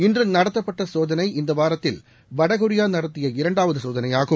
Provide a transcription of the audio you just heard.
இன்று நடத்தப்பட்ட சோதனை இந்த வாரத்தில் வடகொரியா நடத்திய இரண்டாவது சோதனை ஆகும்